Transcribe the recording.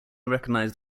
recognized